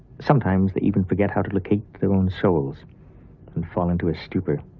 sometimes they even forget how to locate their own souls and fall into a stupor.